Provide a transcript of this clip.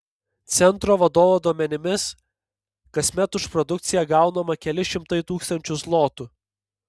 centro vadovo duomenimis kasmet už produkciją gaunama keli šimtai tūkstančių zlotų